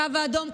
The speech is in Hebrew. הקו האדום,